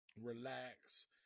Relax